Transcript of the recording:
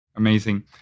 Amazing